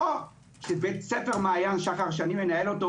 לא שבית ספר מעיין שחר שאני מנהל אותו